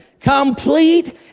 complete